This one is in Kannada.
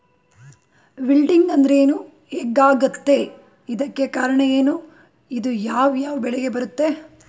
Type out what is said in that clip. ವಿಲ್ಟಿಂಗ್ ಅಂದ್ರೇನು? ಹೆಗ್ ಆಗತ್ತೆ? ಇದಕ್ಕೆ ಕಾರಣ ಏನು? ಇದು ಯಾವ್ ಯಾವ್ ಬೆಳೆಗೆ ಬರುತ್ತೆ?